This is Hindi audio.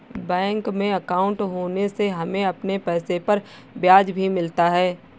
बैंक में अंकाउट होने से हमें अपने पैसे पर ब्याज भी मिलता है